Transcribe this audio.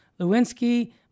Lewinsky